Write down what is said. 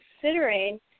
considering